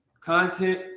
content